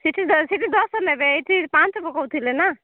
ସେଠି ସେଠି ଦଶ ନେବେ ଏଠି ପାଞ୍ଚ ପକଉଥିଲେ ନାଁ